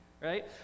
right